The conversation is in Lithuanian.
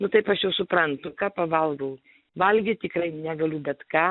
nu taip aš jau suprantu ką pavalgau valgyt tikrai negaliu bet ką